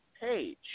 page